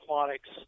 aquatics